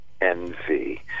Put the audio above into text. envy